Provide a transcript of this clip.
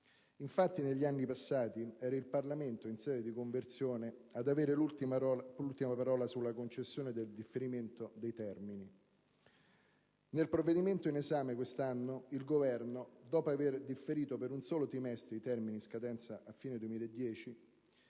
generis*. Negli anni passati era il Parlamento, in sede di conversione, ad avere l'ultima parola sulla concessione del differimento dei termini. Nel provvedimento in esame quest'anno il Governo, dopo aver differito per un solo trimestre i termini in scadenza a fine 2010,